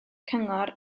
cyngor